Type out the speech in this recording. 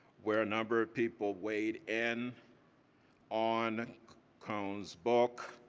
where a number of people weighed in on cone's book